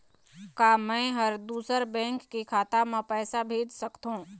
का मैं ह दूसर बैंक के खाता म पैसा भेज सकथों?